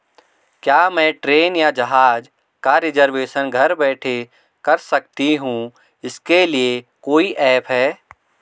क्या मैं ट्रेन या जहाज़ का रिजर्वेशन घर बैठे कर सकती हूँ इसके लिए कोई ऐप है?